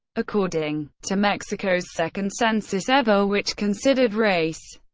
according to mexico's second census ever which considered race,